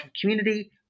community